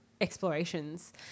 explorations